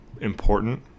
important